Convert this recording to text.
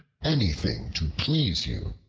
anything to please you,